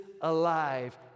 alive